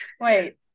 Wait